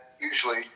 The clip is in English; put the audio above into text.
usually